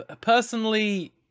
Personally